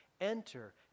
Enter